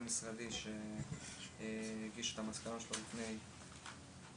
בין משרדי שהגיש את מסקנותיו לפני כחודש.